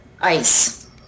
ICE